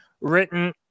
written